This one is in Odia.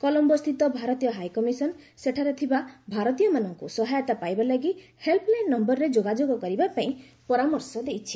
କଲମ୍ବୋସ୍ଥିତ ଭାରତୀୟ ହାଇକମିସନ ସେଠାରେ ଥିବା ଭାରତୀୟମାନଙ୍କୁ ସହାୟତା ପାଇବା ଲାଗି ହେଲ୍ପଲାଇନ୍ ନୟରରେ ଯୋଗାଯୋଗ କରିବା ପାଇଁ ପରାମର୍ଶ ଦେଇଛି